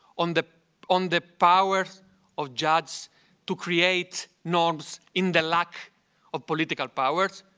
on the on the powers of judges to create norms in the lack of political powers?